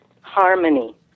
harmony